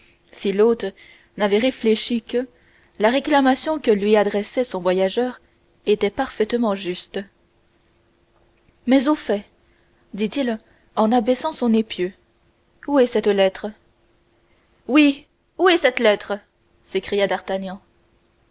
si l'hôte n'avait réfléchi que la réclamation que lui adressait son voyageur était parfaitement juste mais au fait dit-il en abaissant son épieu où est cette lettre oui où est cette lettre cria d'artagnan